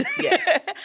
Yes